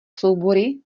soubory